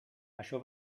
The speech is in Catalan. això